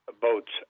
boats